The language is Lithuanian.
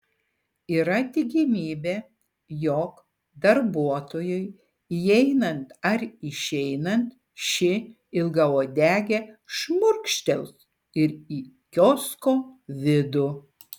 yra tikimybė jog darbuotojui įeinant ar išeinant ši ilgauodegė šmurkštels ir į kiosko vidų